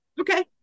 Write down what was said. Okay